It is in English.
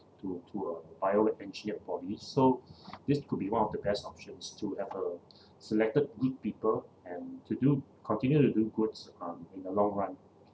to to a bio engineered body so this could be one of the best options to have a selected good people and to do continue to do goods uh in the long run